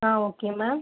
ah okay ma'am